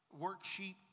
worksheet